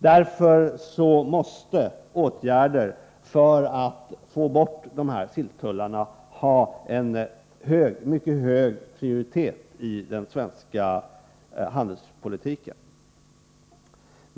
Därför måste åtgärder för att få bort dessa silltullar ha en mycket hög prioritet i den svenska handelspolitiken.